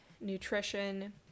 nutrition